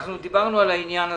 אנחנו דיברנו על העניין הזה.